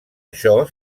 això